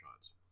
shots